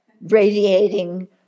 radiating